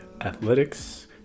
Athletics